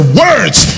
words